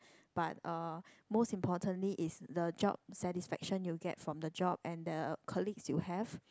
but uh most importantly is the job satisfaction you get from the job and the colleagues you have